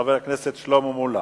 חבר הכנסת שלמה מולה,